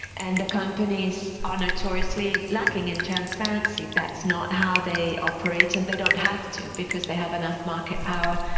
and the companies are notoriously lacking in transparency. that's not how they operate and they don't have to because they have enough market power,